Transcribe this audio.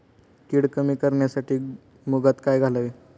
कीड कमी करण्यासाठी मुगात काय घालावे?